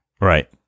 Right